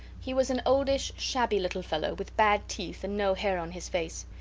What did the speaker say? he was an oldish, shabby little fellow, with bad teeth and no hair on his face.